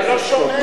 אתה לא שומע.